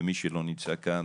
ומי שלא נמצא כאן.